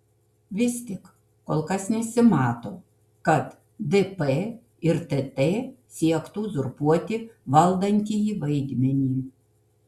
vis tik kol kas nesimato kad dp ir tt siektų uzurpuoti valdantįjį vaidmenį